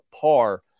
par